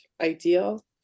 Ideal